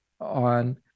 on